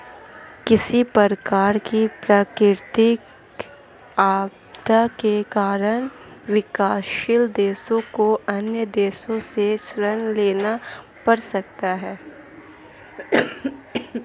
किसी प्रकार की प्राकृतिक आपदा के कारण विकासशील देशों को अन्य देशों से ऋण लेना पड़ सकता है